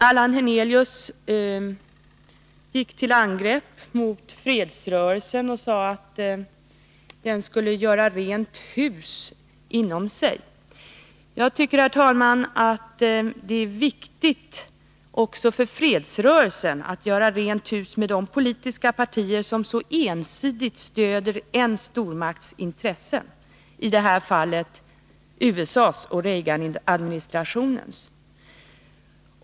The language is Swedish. Allan Hernelius gick till angrepp mot fredsrörelsen och sade att den borde göra rent husinom sig. Jag tycker, herr talman, att det är viktigt också för fredsrörelsen att göra rent hus med de politiska partier som så ensidigt stöder en stormakts intressen, i det här fallet USA:s och Reaganadministrationens.